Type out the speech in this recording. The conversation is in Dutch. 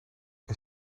een